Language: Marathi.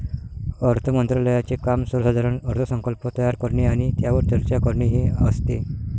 अर्थ मंत्रालयाचे काम सर्वसाधारण अर्थसंकल्प तयार करणे आणि त्यावर चर्चा करणे हे असते